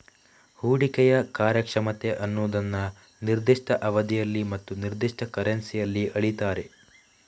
ಹೂಡಿಕೆಯ ಕಾರ್ಯಕ್ಷಮತೆ ಅನ್ನುದನ್ನ ನಿರ್ದಿಷ್ಟ ಅವಧಿಯಲ್ಲಿ ಮತ್ತು ನಿರ್ದಿಷ್ಟ ಕರೆನ್ಸಿಯಲ್ಲಿ ಅಳೀತಾರೆ